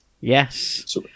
Yes